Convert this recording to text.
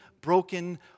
broken